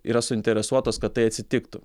yra suinteresuotos kad tai atsitiktų